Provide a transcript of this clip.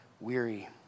weary